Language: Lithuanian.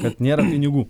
kad nėra pinigų